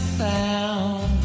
found